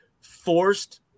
forced